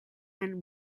and